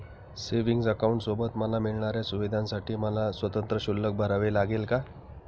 Savings अकाउंटसोबत मला मिळणाऱ्या सुविधांसाठी मला स्वतंत्र शुल्क भरावे लागेल का?